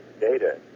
data